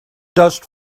dust